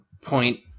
point